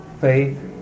faith